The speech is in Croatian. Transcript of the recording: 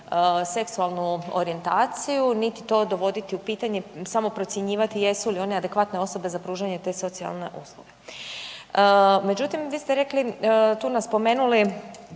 seksualnu orijentaciju niti to dovoditi u pitanje, samo procjenjivati jesu li oni adekvatne osobe za pružanje te socijalne usluge. Međutim, vi ste rekli, tu naspomenuli